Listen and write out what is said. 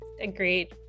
Agreed